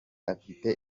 afite